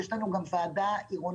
יש לנו גם ועדה עירונית